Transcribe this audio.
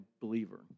believer